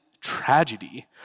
tragedy